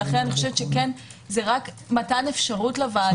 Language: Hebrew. לכן אני חושבת שזה רק מתן אפשרות לוועדה.